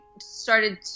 started